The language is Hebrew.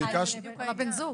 זה לבן הזוג.